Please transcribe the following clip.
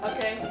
Okay